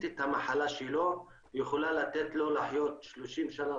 את המחלה שלו ויכולה לתת לו לחיות 30 שנה,